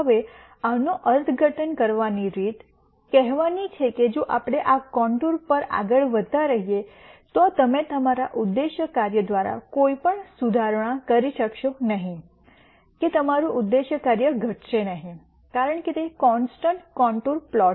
હવે આનો અર્થઘટન કરવાની રીત કહેવાની છે કે જો આપણે આ કોંન્ટુર પર આગળ વધતા રહીએ તો તમે તમારા ઉદ્દેશ્ય કાર્ય દ્વારા કોઈ સુધારણા કરી શકશો નહીં કે તમારું ઉદ્દેશ્ય કાર્ય ઘટશે નહીં કારણ કે તે કોન્સ્ટન્ટ કોંન્ટુર પ્લોટ છે